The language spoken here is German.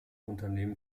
unternehmen